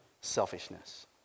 selfishness